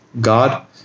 God